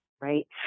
right